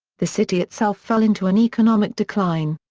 the city itself fell into an economic decline.